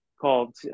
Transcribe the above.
called